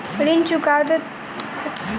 ऋण चुकौती कोना काज करे ये?